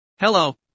Hello